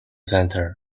center